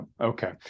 Okay